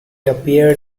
appeared